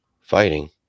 Fighting